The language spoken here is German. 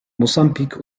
mosambik